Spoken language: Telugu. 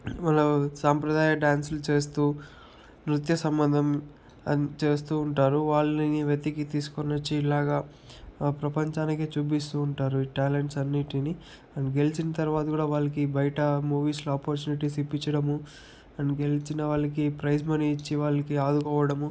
అలా సంప్రదాయ డాన్స్లు చేస్తూ నృత్య సంబంధం చేస్తూ ఉంటారు వాళ్ళని వెతికి తీసుకొని వచ్చి ఇలాగా ప్రపంచానికి చూపిస్తూ ఉంటారు ఈ టాలెంట్స్ అన్నిటిని అండ్ గెలిచిన తర్వాత కూడా వాళ్ళకి బయట మూవీస్లో ఆపర్చునిటీస్ ఇప్పించడము అండ్ గెలిచిన వాళ్లకి ప్రైజ్ మనీ ఇచ్చే వాళ్ళకి ఆదుకోవడము